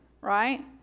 right